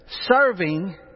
serving